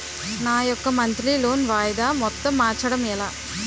నా యెక్క monthly loan వాయిదా మొత్తం మార్చడం ఎలా?